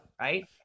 Right